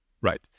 right